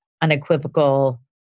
unequivocal